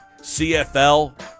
CFL